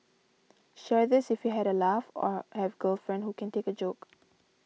share this if you had a laugh or have girlfriend who can take a joke